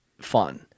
fun